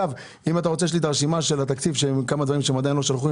יש לי רשימת התקציב יש כמה דברים שהם עדיין לא שלחו,